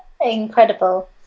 incredible